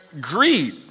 greed